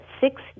six